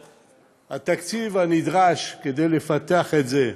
התקציב הנדרש כדי לפתח את זה,